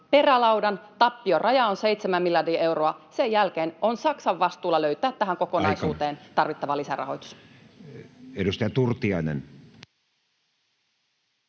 perälaudan. Tappioraja on seitsemän miljardia euroa. [Puhemies: Aika!] Sen jälkeen on Saksan vastuulla löytää tähän kokonaisuuteen tarvittava lisärahoitus. Edustaja Turtiainen.